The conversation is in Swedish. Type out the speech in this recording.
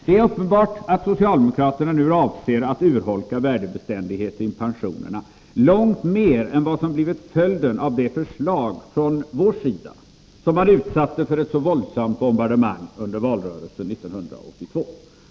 Det är uppenbart att socialdemokraterna nu avser att urholka värdebeständigheten i pensionerna långt mer än vad som blivit följden av vårt förslag, som utsattes för ett så våldsamt bombardemang under valrörelsen 1982.